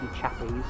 chappies